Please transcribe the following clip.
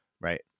right